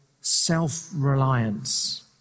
self-reliance